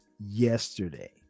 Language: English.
yesterday